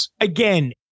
Again